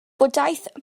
bwdhaeth